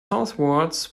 southwards